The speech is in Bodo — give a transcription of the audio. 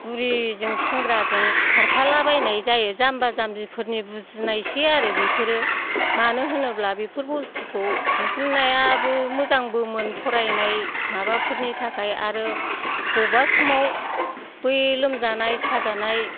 बुरिजों सेंग्राजों खारफालाबायनाय जायो जाम्बा जामबिफोरनि बुजिनायसै आरो बेफोरो मानो होनोब्ला बेफोर बस्थुखौ दिहुन्नायाबो मोजांबोमोन फरायनाय माबाफोरनि थाखाय आरो बबेबा समाव बै लोमजानाय साजानाय